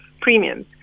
premiums